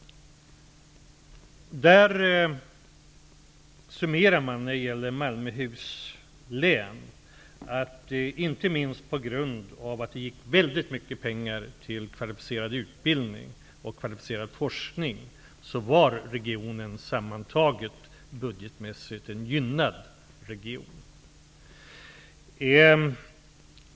När det gäller Malmöhus län gick det mycket pengar till kvalificerad utbildning och forskning. Ändå var regionen sammantaget budgetmässigt en gynnad region.